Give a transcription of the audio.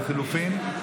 לחלופין?